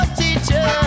teacher